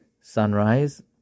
sunrise